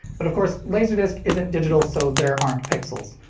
but of course laserdisc isn't digital so there aren't pixels.